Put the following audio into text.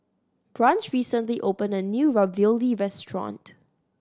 Branch recently opened a new Ravioli restaurant